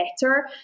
better